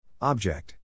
Object